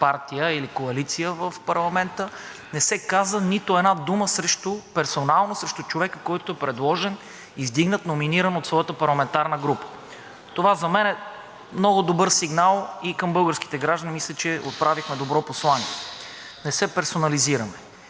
партия или коалиция в парламента не се каза нито една дума персонално срещу човека, който е предложен, издигнат, номиниран от своята парламентарна група. Това за мен е много добър сигнал и към българските граждани. Мисля, че отправихме добро послание, не се персонализираме.